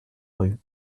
rue